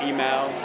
Email